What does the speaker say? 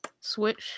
Switch